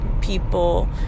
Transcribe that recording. people